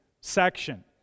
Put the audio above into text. section